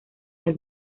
del